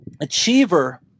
achiever